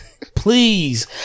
Please